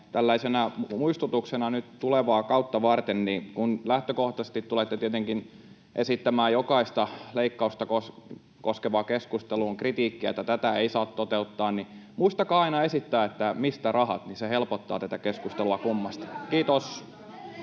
Tällaisena muistutuksena nyt tulevaa kautta varten — kun lähtökohtaisesti tulette tietenkin esittämään jokaista leikkausta koskevaan keskusteluun kritiikkiä, että tätä ei saa toteuttaa — että muistakaa aina esittää, mistä rahat, niin se helpottaa tätä keskustelua kummasti. — Kiitos.